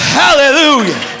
hallelujah